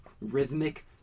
Rhythmic